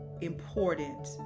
important